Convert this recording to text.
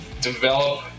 develop